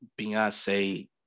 Beyonce